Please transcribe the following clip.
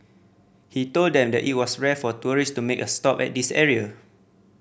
he told them that it was rare for tourist to make a stop at this area